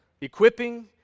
equipping